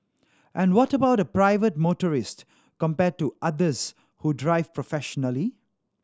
and what about a private motorist compared to others who drive professionally